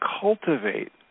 cultivate